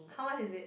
how much is it